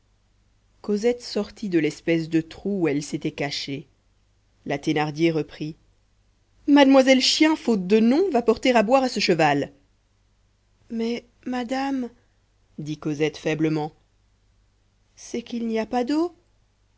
cosette sortit de l'espèce de trou où elle s'était cachée la thénardier reprit mademoiselle chien faute de nom va porter à boire à ce cheval mais madame dit cosette faiblement c'est qu'il n'y a pas d'eau